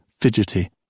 fidgety